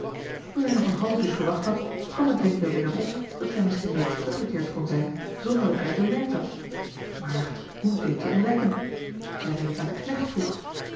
toen hij nog een half uur gewacht had kwam het denkbeeld in hem op dat zij misschien reeds teruggekeerd kon zijn zonder dat hij het bemerkt had maar hoe dit te ontdekken als hij het eens aan een knecht vroeg